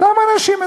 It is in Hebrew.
סתם אנשים,